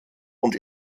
und